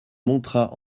montra